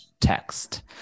text